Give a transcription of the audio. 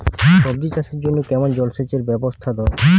সবজি চাষের জন্য কেমন জলসেচের ব্যাবস্থা দরকার?